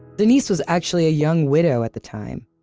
denise was actually a young widow at the time.